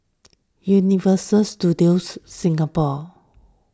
Universal Studios Singapore